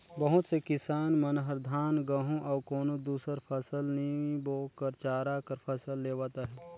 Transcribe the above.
बहुत से किसान मन हर धान, गहूँ अउ कोनो दुसर फसल नी बो कर चारा कर फसल लेवत अहे